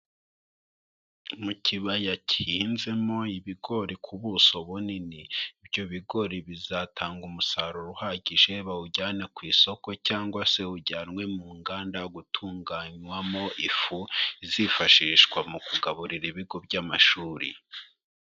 Mu kibaya gihinzemo ibigori ku buso bunini, ibyo bigori bizatanga umusaruro uhagije bawujyane ku isoko cyangwase ujyanwe mu nganda gutunganywamo ifu izifashishwa mu kugaburira ibigo by'amashuri.